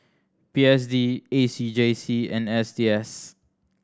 P S D A C J C and S T S